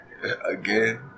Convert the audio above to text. Again